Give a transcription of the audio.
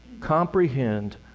Comprehend